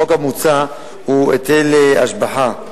החוק המוצע הוא היטל השבחה,